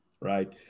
Right